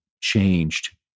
changed